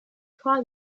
try